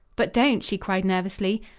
but don't! she cried nervously.